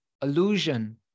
illusion